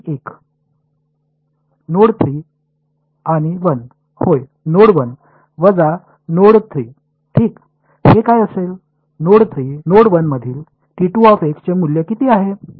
node 3 आणि 1 होय node 1 वजा नोड 3 ठीक हे काय असेल नोड 3 नोड 1 मधील चे मूल्य किती आहे